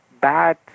bad